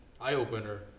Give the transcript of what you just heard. eye-opener